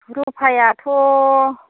रुपायाथ'